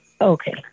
Okay